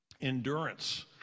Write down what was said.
endurance